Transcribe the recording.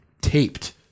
taped